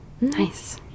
Nice